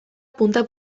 punta